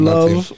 Love